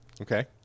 Okay